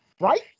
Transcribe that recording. Right